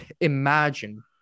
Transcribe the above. imagine